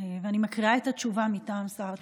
אני מקריאה את התשובה מטעם שר התקשורת.